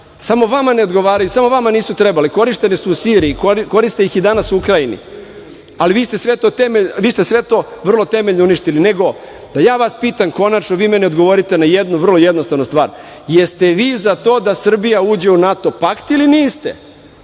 Samo vama ne odgovaraju, samo vama nisu trebali. Korišćeni su u Siriji, koriste ih i danas u Ukrajini, a vi ste to vrlo temeljno uništili. Da ja vas pitam, konačno, a vi meni odgovorite na jednu vrlo jednostavnu stvar - da li ste vi za to da Srbija uđe u NATO pakt ili niste?